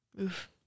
Oof